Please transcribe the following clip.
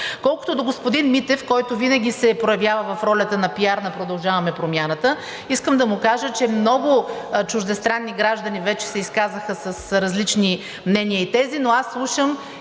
Колкото до господин Митев, който винаги се проявява в ролята на пиар на „Продължаваме Промяната“, искам да му кажа, че много чуждестранни граждани вече се изказаха с различни мнения и тези, но аз слушам